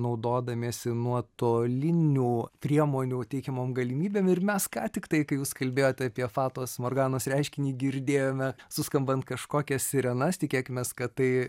naudodamiesi nuotolinių priemonių teikiamom galimybėm ir mes ką tik tai kai jūs kalbėjote apie fatos morganos reiškinį girdėjome suskambant kažkokias sirenas tikėkimės kad tai